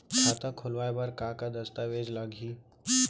खाता खोलवाय बर का का दस्तावेज लागही?